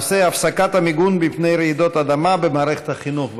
הנושא: הפסקת המיגון מפני רעידות אדמה במערכת החינוך.